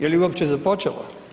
Je li uopće započela?